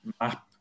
map